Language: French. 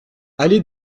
allée